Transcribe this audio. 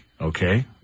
Okay